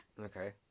Okay